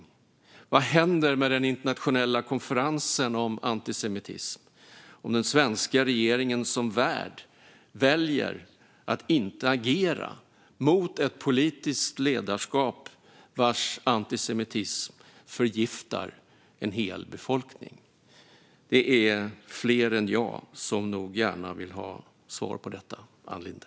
Vad händer med den internationella konferensen om antisemitism om den svenska regeringen som värd väljer att inte agera mot ett politiskt ledarskap vars antisemitism förgiftar en hel befolkning? Det är nog fler än jag som gärna vill ha svar på detta, Ann Linde.